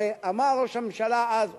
הרי אמר ראש הממשלה אז,